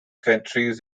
countries